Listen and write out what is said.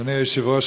אדוני היושב-ראש,